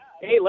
Hey